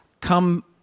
come